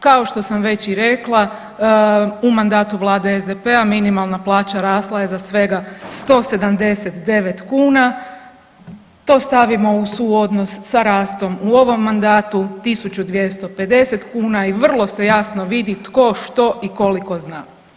Kao što sam već i rekla u mandatu vlade SDP-a minimalna plaća rasla je za svega 179 kuna, to stavimo u suodnos sa rastom u ovom mandatu 1.250 kuna i vrlo jasno se vidi tko, što i koliko zna.